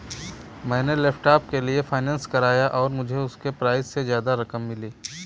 मैंने लैपटॉप के लिए फाइनेंस कराया और मुझे उसके प्राइज से ज्यादा रकम मिली